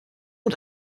und